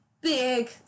big